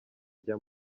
ajya